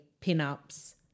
pinups